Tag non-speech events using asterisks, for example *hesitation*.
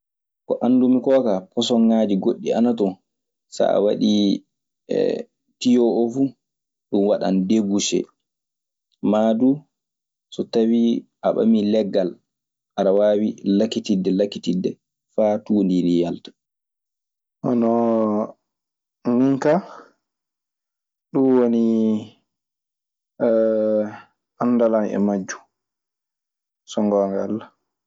Ko andumi koo kaa fasoŋaaji goɗɗi ana toon. So a wadi tiyoo oo fu ɗun waɗan debuusee maa du so tawii a ɓamii leggal. Aɗe waawi lakititde- lakititde faa tuundi ndii yalta. Honoo min kaa ɗun woni *hesitation* anndal an e majjun, so ngoonga Alla.